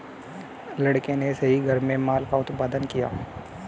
लड़के ने सही घर में माल का उत्पादन किया